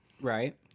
right